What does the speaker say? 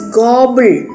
gobble